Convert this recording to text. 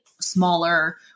smaller